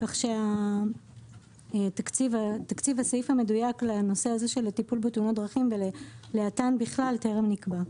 כך שהסעיף המדויק לנושא של טיפול בתאונות דרכים ולאת"ן בכלל טרם נקבע.